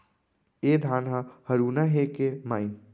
ए धान ह हरूना हे के माई?